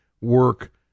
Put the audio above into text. work